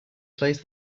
plays